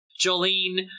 Jolene